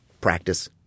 practice –